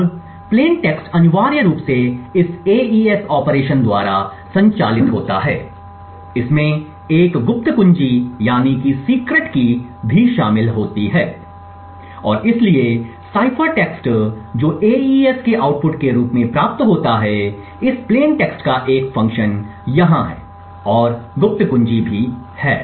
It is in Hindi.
अब प्लेन टेक्स्ट अनिवार्य रूप से इस एईएस ऑपरेशन द्वारा संचालित होता है इसमें एक गुप्त कुंजी भी शामिल होती है और इसलिए साइफर टेक्स्ट जो एईएस के आउटपुट के रूप में प्राप्त होता है इस प्लेन टेक्स्ट का एक फ़ंक्शन यहां है और गुप्त कुंजी है